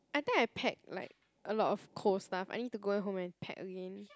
I think I pack like a lot of cold stuff I need to go home and pack again